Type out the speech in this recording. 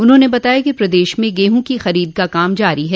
उन्होंने बताया कि प्रदेश में गेहूँ की खरीद का काम जारी है